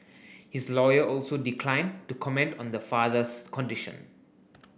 his lawyer also declined to comment on the father's condition